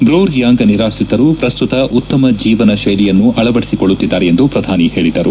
Bru Reang ನಿರಾತ್ರಿತರು ಪ್ರಸ್ತುತ ಉತ್ತಮ ಜೀವನ ಶೈಲಿಯನ್ನು ಅಳವಡಿಸಿಕೊಳ್ದುತ್ತಿದ್ದಾರೆ ಎಂದು ಪ್ರಧಾನಿ ಹೇಳಿದರು